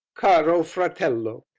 caro fratello!